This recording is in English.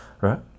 right